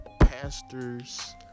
pastors